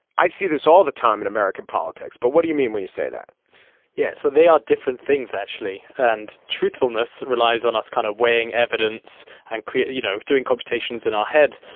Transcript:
i see this all the time in american politics. but what do you mean when you say that yes. so they are different things actually. and truthfulness relies on us kind of weighing evidence and creating you know doing computations in our heads.